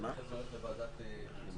ואחרי זה אני הולך לוועדת חוץ וביטחון.